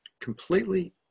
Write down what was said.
Completely